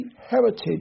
heritage